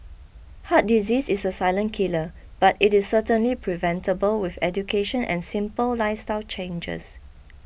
heart disease is a silent killer but it is certainly preventable with education and simple lifestyle changes